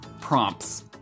prompts